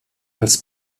als